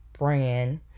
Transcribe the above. brand